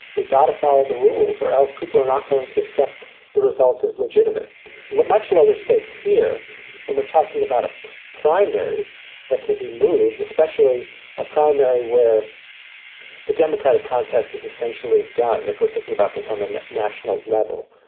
we've got to follow the rules or else people are not going to accept the results as legitimate much lower stakes here when we're talking about a primary that can be moved, especially a primary where the democratic contest is essentially done. if we're thinking about this on the national level.